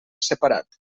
separat